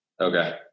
Okay